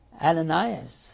Ananias